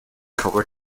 cover